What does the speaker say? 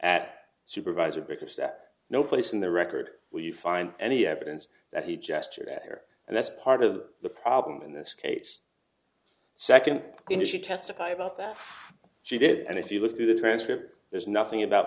at supervisor because that no place in the record will you find any evidence that he gestured here and that's part of the problem in this case second going to she testified about that she did and if you look through the transcript there's nothing about